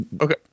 Okay